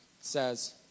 says